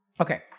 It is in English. Okay